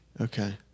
Okay